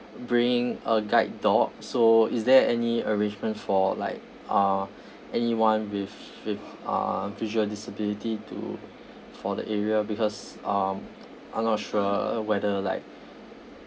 bringing a guide dog so is there any arrangement for like uh anyone with with uh visual disability to for the area because um I'm not sure whether like